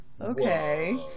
okay